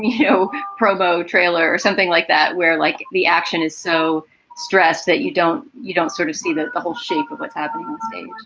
you know promo trailer or something like that, where, like, the action is so stressed that you don't you don't sort of see that the whole shape of what's happening on things